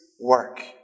work